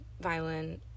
violin